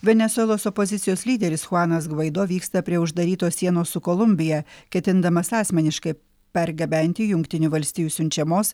venesuelos opozicijos lyderis chuanas gvaido vyksta prie uždarytos sienos su kolumbija ketindamas asmeniškai pergabenti jungtinių valstijų siunčiamos